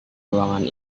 ruangan